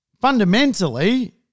Fundamentally